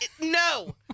No